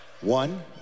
One